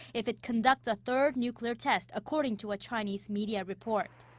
if it conducts third nuclear test, according to a chinese media report.